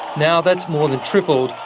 now that more than tripled,